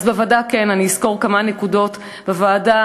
אני אסקור כמה נקודות מעבודת הוועדה.